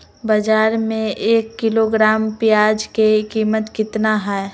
बाजार में एक किलोग्राम प्याज के कीमत कितना हाय?